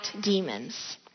demons